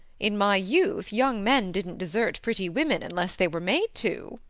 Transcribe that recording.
in my youth young men didn't desert pretty women unless they were made to!